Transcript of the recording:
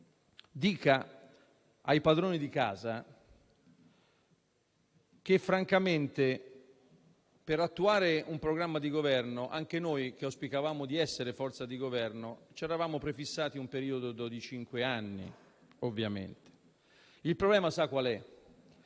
dire ai padroni di casa che, francamente, per attuare un programma di Governo - anche noi, che auspicavamo di essere forza di Governo, ce lo eravamo prefisso - occorre un periodo di cinque anni. Il problema sa qual è?